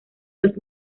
los